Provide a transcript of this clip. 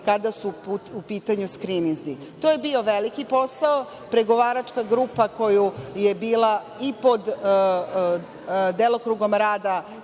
kada su u pitanju skrininzi. To je bio veliki posao. Pregovaračka grupa koja je bila i pod delokrugom rada